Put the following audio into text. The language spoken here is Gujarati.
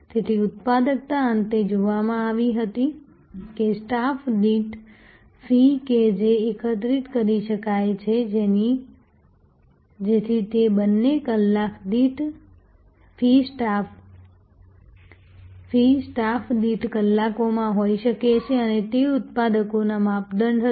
તેથી ઉત્પાદકતા અંતે જોવામાં આવી હતી કે સ્ટાફ દીઠ ફી કે જે એકત્રિત કરી શકાય છે જેથી તે પછી કલાક દીઠ ફી સ્ટાફ દીઠ કલાકોમાં હોઈ શકે અને તે ઉત્પાદકતાનું માપદંડ હતું